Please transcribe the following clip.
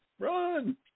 run